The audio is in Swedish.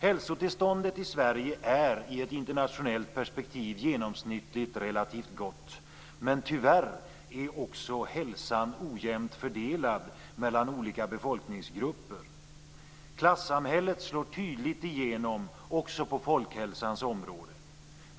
Hälsotillståndet i Sverige är i ett internationellt perspektiv genomsnittligt relativt gott, men tyvärr är också hälsan ojämnt fördelad mellan olika befolkningsgrupper. Klassamhället slår tydligt igenom också på folkhälsans område.